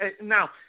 now